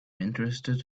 interested